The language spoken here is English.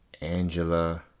angela